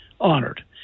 honored